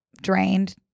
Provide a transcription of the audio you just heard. drained